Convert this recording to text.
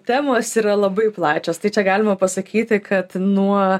temos yra labai plačios tai čia galima pasakyti kad nuo